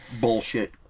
bullshit